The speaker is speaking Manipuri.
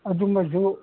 ꯑꯗꯨꯃꯁꯨ